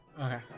Okay